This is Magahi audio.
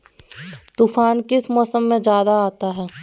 तूफ़ान किस मौसम में ज्यादा आता है?